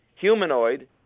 humanoid